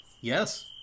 Yes